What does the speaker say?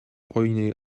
boeni